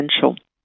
potential